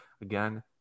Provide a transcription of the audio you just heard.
again